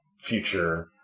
future